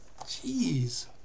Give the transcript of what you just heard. Jeez